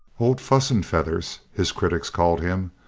old fuss and feathers his critics called him,